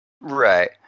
Right